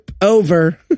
over